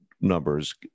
numbers